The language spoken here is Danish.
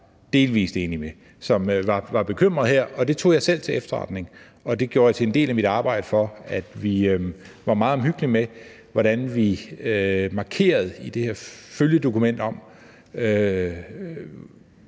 delvis enig med, som var bekymrede her, og det tog jeg selv til efterretning. Det gjorde jeg til en del af mit arbejde, for vi var meget omhyggelige med, hvordan vi i det her følgedokument